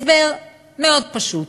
הסבר מאוד פשוט: